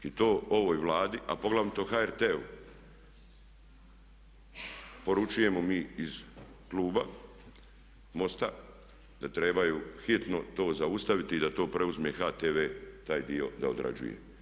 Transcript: I to ovoj Vladi a poglavito HRT-u poručujemo mi iz kluba MOST-a da trebaju hitno to zaustaviti i da to preuzme HTV taj dio da određuje.